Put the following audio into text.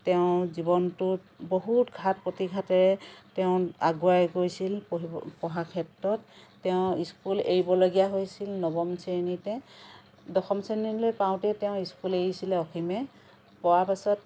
তেওঁ জীৱনটোত বহুত ঘাত প্ৰতিঘাতেৰে তেওঁ আগুৱাই গৈছিল পঢ়িব পঢ়া ক্ষেত্ৰত তেওঁ স্কুল এৰিবলগীয়া হৈছিল নৱম শ্ৰেণীতে দশম শ্ৰেণীলৈ পাওঁতেই তেওঁ স্কুল এৰিছিলে অসীমে পোৱা পাছত